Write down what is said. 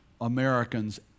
Americans